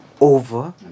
over